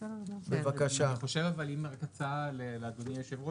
בפריסה של תקשורת נייחת שממש צריך